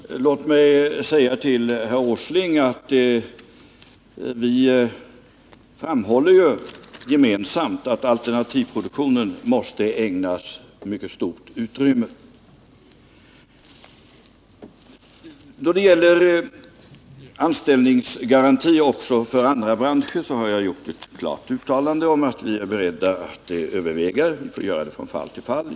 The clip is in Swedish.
Herr talman! Låt mig till herr Åsling säga att vi gemensamt framhåller att alternativproduktionen måste ägnas mycket stort utrymme. Då det gäller anställningsgarantier också för andra branscher har jag gjort ett klart uttalande om att vi är beredda att överväga sådana, men vi får göra det från fall till fall.